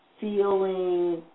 feeling